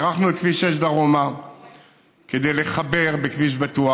הארכנו את כביש 6 דרומה כדי לחבר בכביש בטוח,